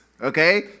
okay